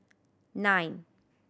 nine